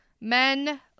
Men